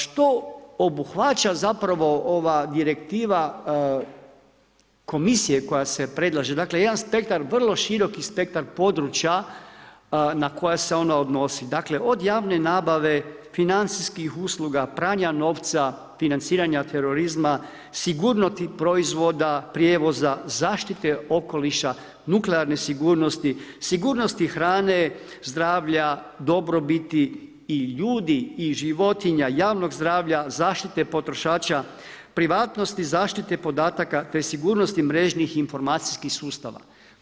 Što obuhvaća zapravo ova direktiva komisije koja se predlaže, dakle jedan spektar, vrlo široki spektar područja na koja se ona odnosi, dakle od javne nabave, financijskih usluga, pranja novca, financiranja terorizma, sigurnosti proizvoda, prijevoza, zaštite okoliša, nuklearne sigurnosti, sigurnosti hrane, zdravlja, dobrobiti i ljudi i životinja, javnog zdravlja, zaštite potrošača, privatnosti zaštite podataka te sigurnosti mrežnih i informacijskih sustava.